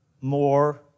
more